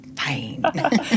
fine